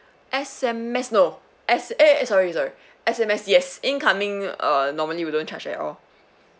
S_M_S no S~ eh sorry sorry S_M_S yes incoming uh normally we don't charge at all